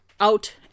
out